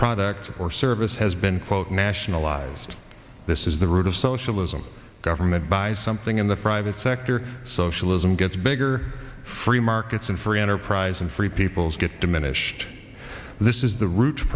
product or service has been quote nationalized this is the route of socialism government by something in the private sector socialism gets bigger free markets and free enterprise and free peoples get diminished this is the root